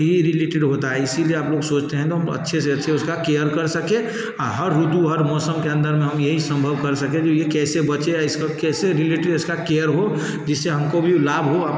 ये रिलेटेड होता है इसीलिए आप लोग सोचते हैं न अच्छे से अच्छे उसका केयर कर सके हर ऋतु हर मौसम के अंदर में हम यही संभव कर सके कि ये कैसे बचे आ इसको कैसे रिलेटेड इसका केयर हो जिससे हमको भी लाभ हो